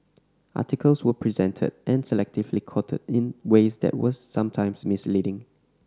articles were presented and selectively quoted in ways that were sometimes misleading